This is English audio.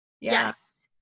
yes